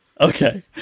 okay